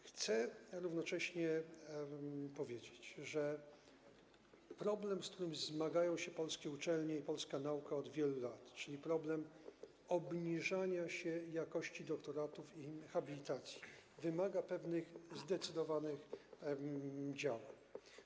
Chcę równocześnie powiedzieć, że problem, z którym zmagają się polskie uczelnie i polska nauka od wielu lat, czyli problem obniżania się jakości doktoratów i habilitacji, wymaga pewnych zdecydowanych działań.